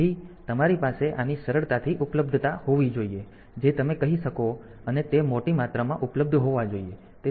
તેથી તમારી પાસે આની સરળતાથી ઉપલબ્ધતા હોવી જોઈએ જે તમે કહી શકો અને તે મોટી માત્રામાં ઉપલબ્ધ હોવા જોઈએ